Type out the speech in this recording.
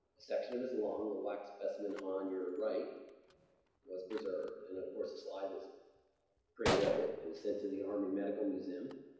a section of his lung the wax specimen on your right was preserved. and, of course, the slide was great of it, it was send to the army medical museum.